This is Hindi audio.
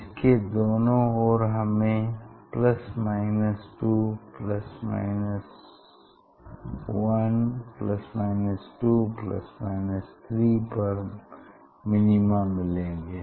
इसके दोनों ओर हमें ±1±2±3 पर मिनिमा मिलेंगे